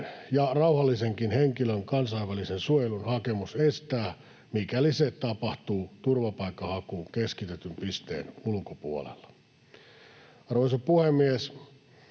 ja rauhallisenkin henkilön kansainvälisen suojelun hakemus estää, mikäli se tapahtuu turvapaikkahakuun keskitetyn pisteen ulkopuolella. Arvoisa puhemies!